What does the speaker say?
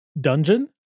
dungeon